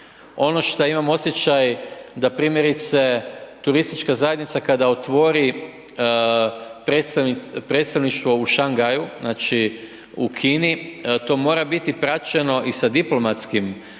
Ono šta imam osjećaj da primjerice turistička zajednica kada otvori predstavništvo u Šangaju, znači, u Kini, to mora biti praćeno i sa diplomatskim aktivnostima,